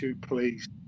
please